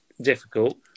difficult